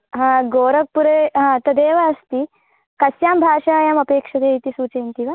हा गोरक्पुरे हा तदेव अस्ति कस्यां भाषायां अपेक्षते इति सूचयन्ति वा